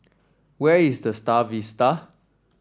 where is The Star Vista